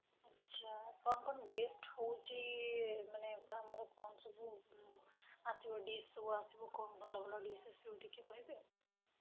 ହୁଁ ଆଚ୍ଛା କଣ କଣ ବେଷ୍ଟ୍ ହେଉଛି ମାନେ ଏବେ ଆମର କଣ ସବୁ ଆସିବ ଡିଶ୍ ସବୁ ଆସିବ କଣ ଭଲ ଭଲ ଡିଶ୍ ଆସିବ ଟିକେ କହିବେ